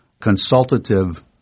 consultative